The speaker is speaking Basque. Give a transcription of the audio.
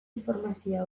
informazio